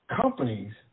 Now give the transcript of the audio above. companies